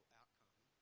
outcome